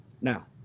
Now